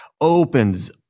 opens